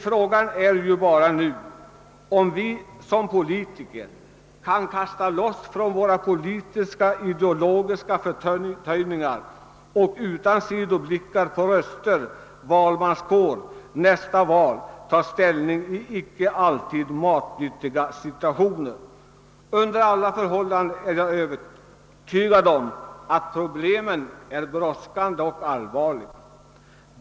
Frågan är nu bara, om vi som politiker kan kasta loss från våra politiska och ideologiska förtöjningar och utan sidoblickar på valmanskår och röster vid nästa val kan ta ställning i situationer som icke alltid är så matnyttiga. Under alla förhållanden är jag övertygad om att problemen är brådskande och allvarliga.